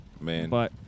Man